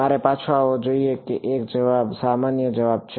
મારે પાછો આવવો જોઈએ કે એક જ જવાબ અન્ય જવાબ છે